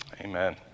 Amen